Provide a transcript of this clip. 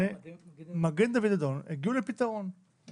אני